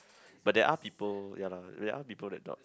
but there are people ya lah there are people that not